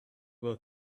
will